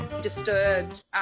..disturbed